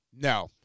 No